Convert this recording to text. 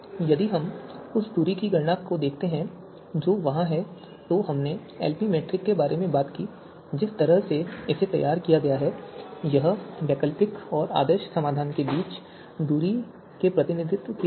यदि हम उस दूरी की गणना को देखते हैं जो वहां है तो हमने एलपी मीट्रिक के बारे में बात की जिस तरह से इसे तैयार किया गया है यह वैकल्पिक और आदर्श समाधान के बीच की दूरी के प्रतिनिधित्व की तरह है